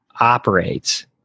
operates